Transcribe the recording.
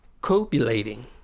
copulating